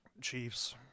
Chiefs